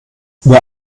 wer